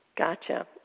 Gotcha